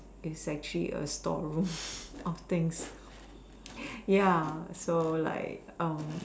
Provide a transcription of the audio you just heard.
is actually a storeroom of things ya so like um